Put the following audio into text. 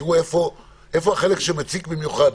תראו איפה החלק שמציק במיוחד.